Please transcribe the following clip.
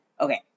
Okay